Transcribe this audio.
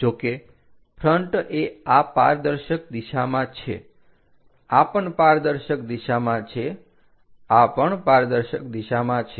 જો કે ફ્રન્ટ એ આ પારદર્શક દિશામાં છે આ પણ પારદર્શક દિશામાં છે આ પણ પારદર્શક દિશામાં છે